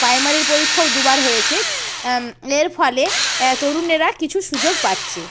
প্রাইমারির পরীক্ষাও দুবার হয়েছে এর ফলে তরুণেরা কিছু সুযোগ পাচ্ছে